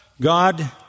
God